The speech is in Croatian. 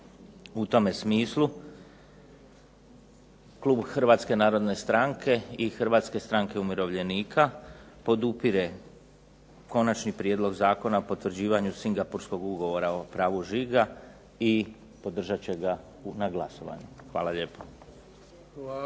U tome smislu klub Hrvatske narodne stranke i Hrvatske stranke umirovljenika podupire Konačni prijedlog zakona o potvrđivanju Singapurskog ugovora o pravu žiga i podržat će ga na glasovanju. Hvala lijepo.